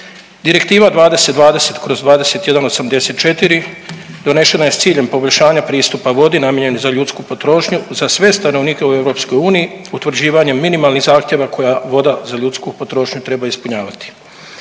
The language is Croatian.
Direktiva 2020/2184 donešena je s ciljem poboljšanja pristupa vodi namijenjene za ljudsku potrošnju za sve stanovnike u EU utvrđivanjem minimalnih zahtjeva koji voda za ljudsku potrošnju treba ispunjavati.